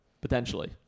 Potentially